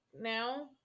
now